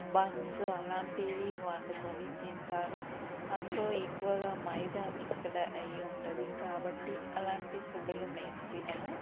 buns అలాంటివి వండుకుని తింటారు అందులో ఎక్కువగా మైదా మిక్స్డ్ అయి ఉంటుంది కాబట్టి అలాంటి ఫుడ్లు మేము తినము